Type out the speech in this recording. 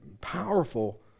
powerful